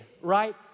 right